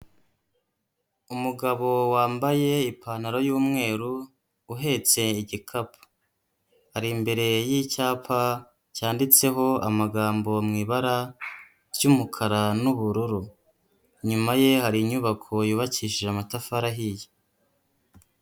Umugabo wambaye ipantaro y'umweru uhetse igikapu, ari imbere y'icyapa cyanditseho amagambo mu ibara ry'umukara n'ubururu, inyuma ye hari inyubako yubakishije amatafari ahiye.